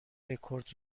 رکورد